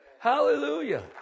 Hallelujah